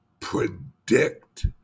predict